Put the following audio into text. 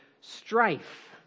strife